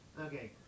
Okay